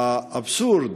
האבסורד